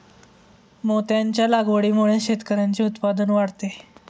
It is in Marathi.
मोत्यांच्या लागवडीमुळे शेतकऱ्यांचे उत्पन्न वाढते